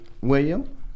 William